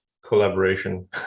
collaboration